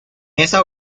esa